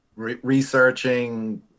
Researching